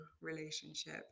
relationship